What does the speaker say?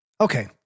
okay